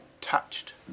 touched